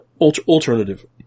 alternative